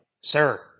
sir